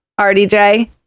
rdj